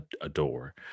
adore